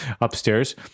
upstairs